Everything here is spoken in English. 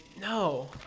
No